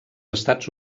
estats